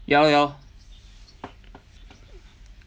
ya lor ya lor